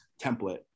template